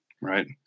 right